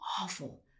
awful